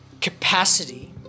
capacity